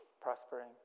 prospering